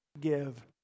give